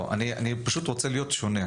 לא, אני פשוט רוצה להיות שונה.